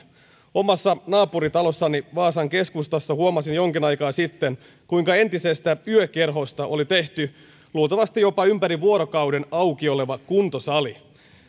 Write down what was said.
omassa naapuritalossani vaasan keskustassa huomasin jonkin aikaa sitten kuinka entisestä yökerhosta oli tehty luultavasti jopa ympäri vuorokauden auki oleva kuntosali